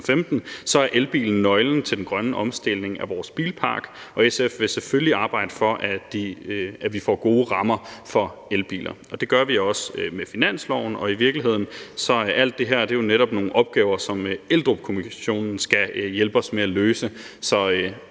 er elbilen nøglen til den grønne omstilling af vores bilpark, og SF vil selvfølgelig arbejde for, at vi får gode rammer for elbiler – og det gør vi også med finansloven. Og i virkeligheden er alt det her jo netop nogle opgaver, som kommissionen ledet af Anders